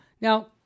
Now